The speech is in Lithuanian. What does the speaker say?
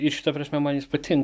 ir šita prasme man jis patinka